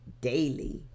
daily